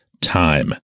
time